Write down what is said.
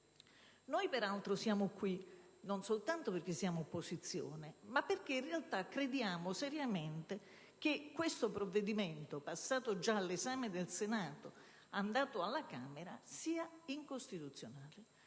Noi peraltro siamo qui non soltanto perché siamo opposizione, ma perché crediamo seriamente che questo provvedimento, passato già all'esame del Senato e della Camera, sia incostituzionale